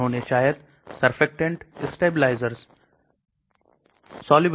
यहां पर बहुत से दूसरे गुण हैं जैसे कि वितरण उपापचय उत्सर्जन विषाक्तता